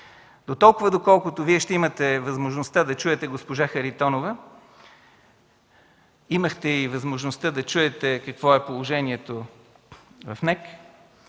Дотолкова доколкото Вие ще имате възможността да чуете госпожа Харитонова, имахте възможността да чуете какво е положението в НЕК,